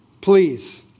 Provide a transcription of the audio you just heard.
Please